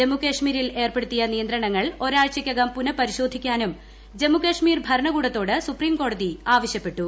ജമ്മുകശ്മീരിൽ ഏർപ്പെടുത്തിയ നിയന്ത്രണങ്ങൾ ഒരാഴ്ചക്കകം പുനഃപ്രിശോധിക്കാനും ജമ്മുകൾമീർ ഭരണകൂടത്തോട് സുപ്രീംകോടതി ആവശ്യപ്പെട്ടു